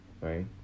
right